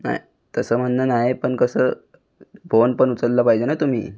नाही तसं म्हणणं नाही पण कसं फोन पण उचलला पाहिजे ना तुम्ही